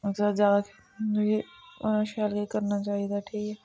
ओह् ज्यादा मतलब कि शैल करियै करना चाहिदा ठीक ऐ